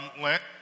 Lent